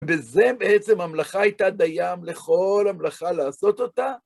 וזה בעצם המלאכה הייתה דיים לכל המלאכה לעשות אותה.